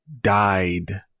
died